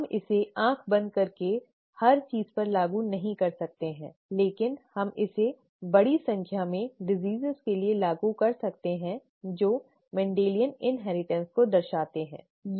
हम इसे आँख बंद करके हर चीज पर लागू नहीं कर सकते हैं लेकिन हम इसे बड़ी संख्या में बीमारियों के लिए लागू कर सकते हैं जो मेंडेलियन इन्हेरिटन्स को दर्शाते हैं ठीक है